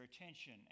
attention